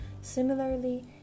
Similarly